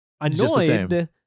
annoyed